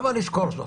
הבה נזכור זאת.